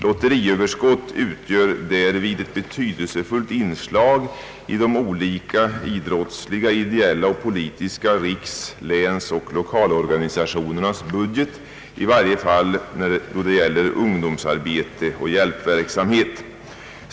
Lotteriöverskott utgör därvid ett betydelsefullt inslag i de olika idrottsliga, ideella och politiska riks-, länsoch lokalorganisationernas budget, i varje fall när det gäller ungdomsarbete och hjälpverksamhet.